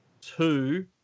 Two